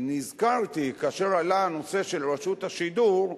ונזכרתי, כאשר עלה הנושא של רשות השידור,